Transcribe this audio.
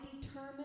determined